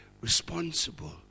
responsible